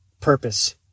purpose